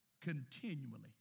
Continually